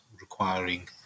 requiring